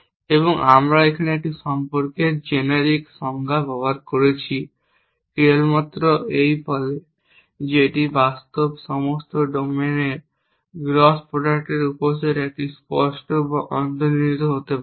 এবং আমরা এখানে একটি সম্পর্কের জেনেরিক সংজ্ঞা ব্যবহার করেছি কেবলমাত্র এই বলে যে এটি বাস্তবে সমস্ত ডোমেনের গ্রস প্রোডাক্টের উপসেট এটি স্পষ্ট বা অন্তর্নিহিত হতে পারে